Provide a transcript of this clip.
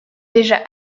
déjà